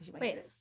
Wait